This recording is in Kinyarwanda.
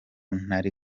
ntari